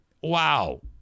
wow